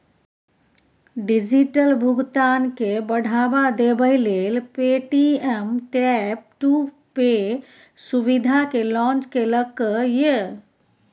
digital भुगतान केँ बढ़ावा देबै लेल पे.टी.एम टैप टू पे सुविधा केँ लॉन्च केलक ये